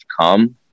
come